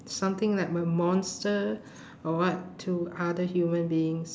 something like a monster or what to other human beings